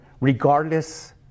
regardless